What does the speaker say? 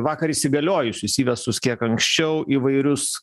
vakar įsigaliojusius įvestus kiek anksčiau įvairius